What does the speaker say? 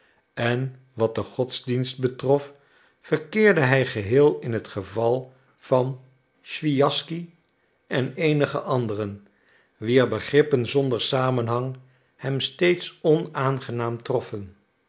en wat den godsdienst betrof verkeerde hij geheel in het geval van swijaschsky en eenige anderen wier begrippen zonder samenhang hem steeds onaangenaam troffen